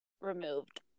removed